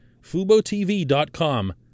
FuboTV.com